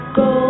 go